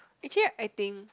actually I think